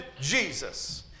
Jesus